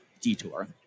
detour